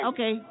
Okay